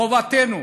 חובתנו